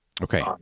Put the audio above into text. Okay